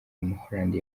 w’umuholandi